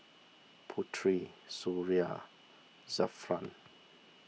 Putri Suria Zafran